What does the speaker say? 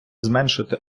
зменшити